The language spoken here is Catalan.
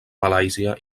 malàisia